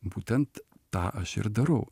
būtent tą aš ir darau